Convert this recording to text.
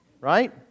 right